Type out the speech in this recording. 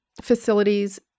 facilities